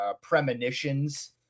premonitions